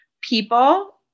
people